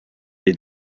des